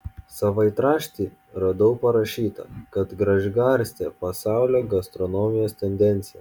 savaitrašty radau parašyta kad gražgarstė pasaulio gastronomijos tendencija